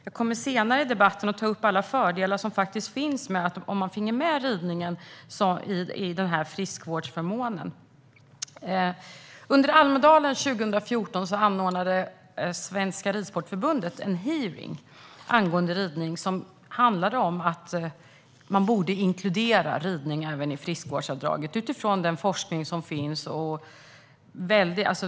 Jag kommer senare i debatten att ta upp alla fördelar som skulle finnas om ridning skulle bli en friskvårdsförmån. Under Almedalen 2014 anordnade Svenska Ridsportförbundet en hearing om ridning. Det handlade om att den borde inkluderas i friskvårdsavdraget, utifrån den forskning som finns.